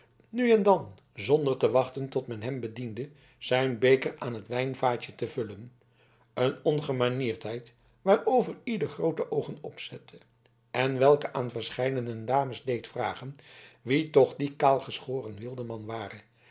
nu en dan zonder te wachten tot men hem bediende zijn beker aan het wijnvaatje te vullen een ongemanierdheid waarover ieder groote oogen opzette en welke aan verscheidene dames deed vragen wie toch die kaalgeschoren wildeman ware